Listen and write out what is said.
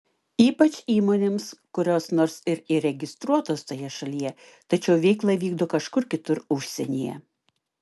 ypač įmonėms kurios nors ir įregistruotos toje šalyje tačiau veiklą vykdo kažkur kitur užsienyje